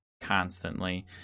constantly